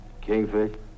Kingfish